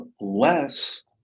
less